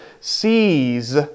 sees